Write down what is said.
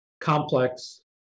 complex